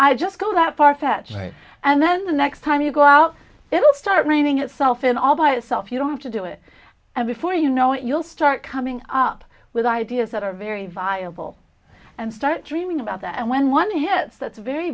i just go that far fetched right and then the next time you go out it'll start raining itself in all by itself you don't have to do it and before you know it you'll start coming up with ideas that are very viable and start dreaming about that and when one hits that's a very